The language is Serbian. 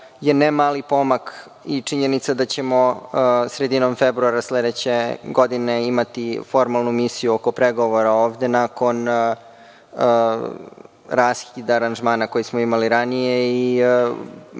je ne mali pomak i činjenica da ćemo sredinom februara sledeće godine imati formalnu misiju oko pregovora nakon raskida aranžmana koji smo imali ranije i